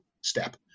step